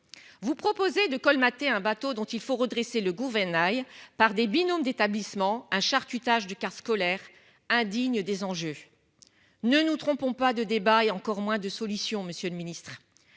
Vous proposez de colmater un bateau dont il faut redresser le gouvernail par des bidons d'établissement un charcutage du car scolaire indigne des enjeux. Ne nous trompons pas de débat et encore moins de solutions. Monsieur le Ministre.